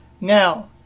Now